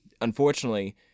unfortunately